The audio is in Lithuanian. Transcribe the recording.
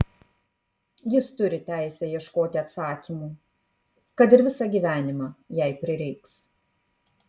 jis turi teisę ieškoti atsakymų kad ir visą gyvenimą jei prireiks